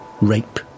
rape